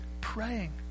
praying